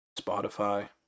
Spotify